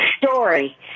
story